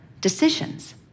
decisions